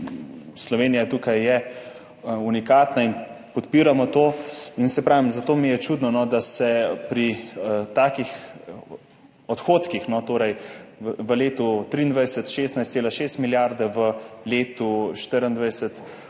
Slovenija tukaj je unikatna in podpiramo to. Saj pravim, zato mi je čudno, da se pri takih odhodkih, v letu 2023 16,6 milijarde, v letu 2024